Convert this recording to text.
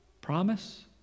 promise